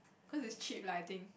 cause it's cheap lah I think